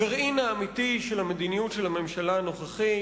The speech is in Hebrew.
הגרעין האמיתי של המדיניות של הממשלה הנוכחית,